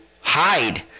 hide